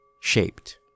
shaped